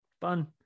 Fun